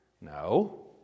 No